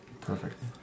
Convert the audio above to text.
Perfect